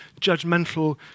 judgmental